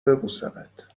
ببوسمت